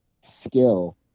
skill